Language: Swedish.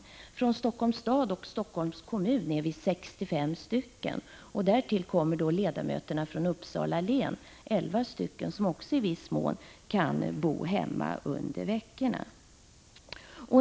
Vi är 65 ledamöter från Helsingforss stad och Helsingforss län, och därtill kommer de 11 ledamöterna från Uppsala län, som i viss utsträckning också kan bo hemma under veckorna.